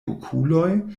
okuloj